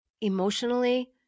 emotionally